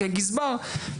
כי הגזבר אומר,